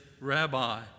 rabbi